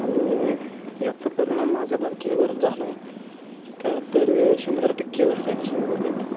आणि याचा परिणाम माझ्या बाईकिंगवर झाला आहे का तर शंभर टक्के झाला आहे असं मी म्हणेन